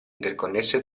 interconnesse